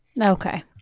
okay